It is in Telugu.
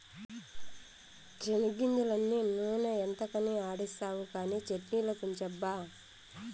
చెనిగ్గింజలన్నీ నూనె ఎంతకని ఆడిస్తావు కానీ చట్ట్నిలకుంచబ్బా